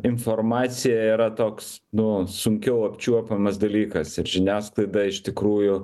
informacija yra toks nu sunkiau apčiuopiamas dalykas ir žiniasklaida iš tikrųjų